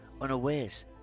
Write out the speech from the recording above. unawares